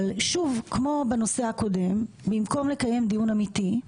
שוב, כמו בנושא הקודם, במקום לקיים דיון אמיתי,